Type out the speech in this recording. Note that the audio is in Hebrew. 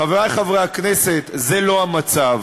חברי חברי הכנסת, זה לא המצב.